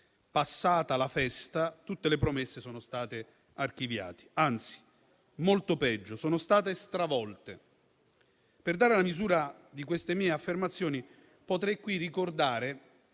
"passata la festa" - tutte le promesse sono state archiviate; anzi, molto peggio, sono state stravolte. Per dare la misura di queste mie affermazioni, potrei qui ricordare